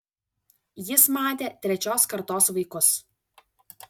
jis matė trečios kartos vaikus